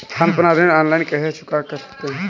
हम अपना ऋण ऑनलाइन कैसे चुका सकते हैं?